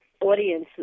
audience